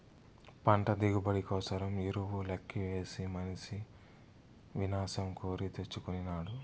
పంట దిగుబడి కోసరం ఎరువు లెక్కవేసి మనిసి వినాశం కోరి తెచ్చుకొనినాడు